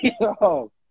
Yo